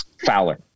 Fowler